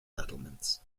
settlements